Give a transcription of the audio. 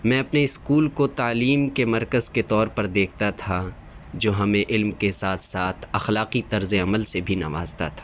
میں اپنے اسکول کو تعلیم کے مرکز کے طور پر دیکھتا تھا جو ہمیں علم کے ساتھ ساتھ اخلاقی طرز عمل سے بھی نوازتا تھا